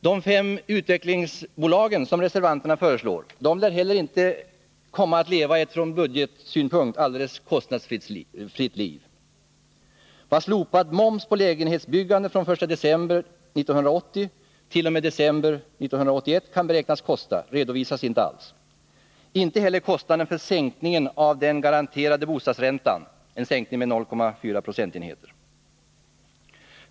De fem utvecklingsbolagen som reservanterna föreslår lär inte heller komma att leva ett från budgetsynpunkt alldeles kostnadsfritt liv. Vad slopad moms på lägenhetsbyggande från den 1 december 1980t.o.m. december 1981 kan beräknas kosta redovisas inte alls. Inte heller redovisas kostnaden för sänkningen av den garanterade bostadsräntan med 0,4 procentenheter.